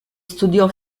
studiò